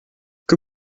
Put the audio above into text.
que